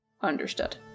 Understood